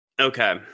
okay